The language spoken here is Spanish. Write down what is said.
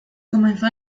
comenzó